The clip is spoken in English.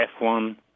F1